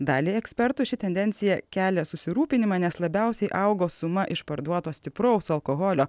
daliai ekspertų ši tendencija kelia susirūpinimą nes labiausiai augo suma iš parduoto stipraus alkoholio